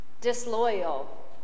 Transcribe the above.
disloyal